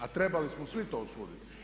A trebali smo svi to osuditi.